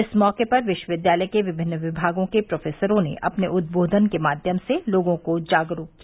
इस मौके पर विश्वविद्यालय के विभिन्न विभागों के प्रोफेसरों ने अपने उद्बोधन के माध्यम से लोगों को जागरूक किया